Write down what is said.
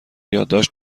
یادداشت